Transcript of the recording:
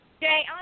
Jay